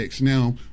Now